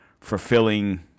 fulfilling